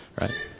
right